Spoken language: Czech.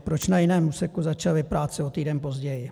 Proč na jiném úseku začaly práce o týden později?